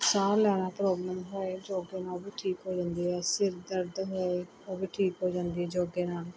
ਸਾਹ ਲੈਣਾ ਪ੍ਰੋਬਲਮ ਹੋਏ ਯੋਗ ਨਾਲ ਉਹ ਵੀ ਠੀਕ ਹੋ ਜਾਂਦੀ ਹੈ ਸਿਰ ਦਰਦ ਹੋਏ ਉਹ ਵੀ ਠੀਕ ਹੋ ਜਾਂਦਾ ਹੈ ਯੋਗ ਨਾਲ